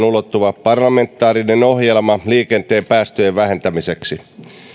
ulottuva parlamentaarinen ohjelma liikenteen päästöjen vähentämiseksi